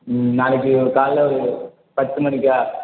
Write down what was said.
நாளைக்கு ஒரு காலையில் ஒரு பத்து மணிக்கா